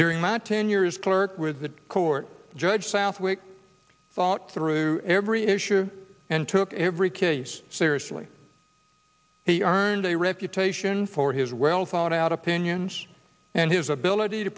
during my tenure as clerk with the court judge southwick thought through every issue and took every case seriously he earned a reputation for his well thought out opinions and his ability to